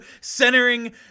centering